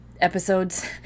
episodes